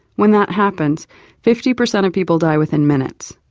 when that happens fifty percent of people die within minutes.